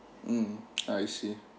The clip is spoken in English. mm I see